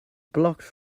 blocked